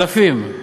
אלפים.